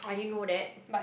I didn't know that